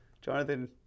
Jonathan